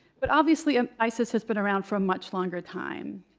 but obviously, ah isis has been around for a much longer time.